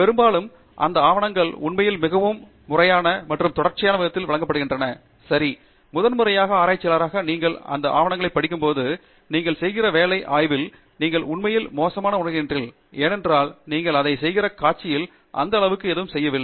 பெரும்பாலும் அந்த ஆவணங்கள் உண்மையில் அவ்வப்போது அல்ல எப்போதும் அந்த பத்திரங்கள் மிகவும் முறையான மற்றும் தொடர்ச்சியான விதத்தில் வழங்கப்படுகின்றன சரி முதன்முறையாக ஆராய்ச்சியாளராக நீங்கள் அந்த ஆவணங்களைப் படிக்கும்போது நீங்கள் செய்கிற வேலை ஆய்வில் நீங்கள் உண்மையிலேயே மோசமாக உணர்கிறீர்கள் ஏனென்றால் நீங்கள் அதை செய்கிற காட்சியில் அந்த அளவுக்கு எதுவும் செய்யவில்லை